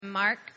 Mark